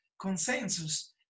consensus